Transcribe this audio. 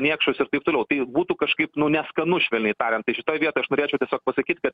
niekšus ir taip toliau tai būtų kažkaip nu neskanu švelniai tariant tai šitoj vietoj aš norėčiau tiesiog pasakyt kad